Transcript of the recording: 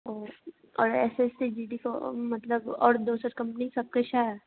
ओ आओर S S C G D के मतलब आओर दोसर कम्पनीके साथ कोइ छै